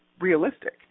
realistic